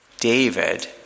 David